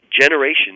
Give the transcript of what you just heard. generations